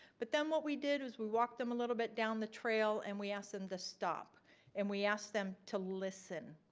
but then what we did was we walked them a little bit down the trail, and we asked them to stop and we asked them to listen.